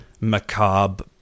macabre